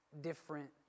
different